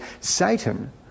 Satan